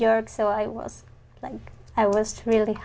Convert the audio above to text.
york so i was like i was really